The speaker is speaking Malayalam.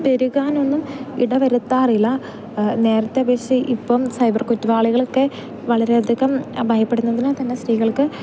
പെരുകാനൊന്നും ഇടവരുത്താറില്ല നേരത്തെ അപേക്ഷിച്ച് ഇപ്പം സൈബർ കുറ്റവാളികളൊക്കെ വളരെ അധികം ഭയപ്പെടുന്നതിനെ തന്നെ സ്ത്രീകൾക്ക്